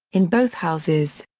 in both houses.